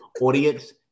audience